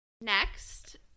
Next